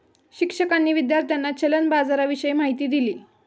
शिक्षकांनी विद्यार्थ्यांना चलन बाजाराविषयी माहिती दिली